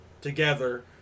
together